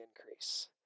increase